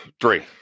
Three